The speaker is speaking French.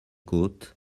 côtes